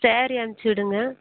sorry அனுப்ச்சுவுடுங்க